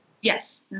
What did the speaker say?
Yes